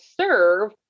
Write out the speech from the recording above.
serve